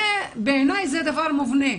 בעיניי זה דבר מובנה,